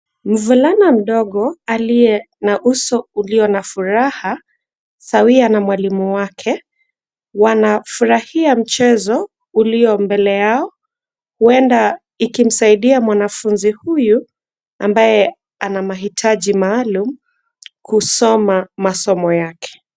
Mvulana mdogo aliye na uso ulio na furaha sawia na mwalimu wake. Wanafurahia mchezo ulio mbele yao, huenda ikimsaidia mwanafunzi huyu ambaye ana mahitaji maalum kusoma masomo yake.